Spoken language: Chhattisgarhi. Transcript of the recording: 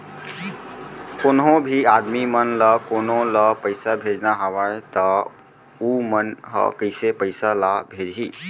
कोन्हों भी आदमी मन ला कोनो ला पइसा भेजना हवय त उ मन ह कइसे पइसा ला भेजही?